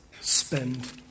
spend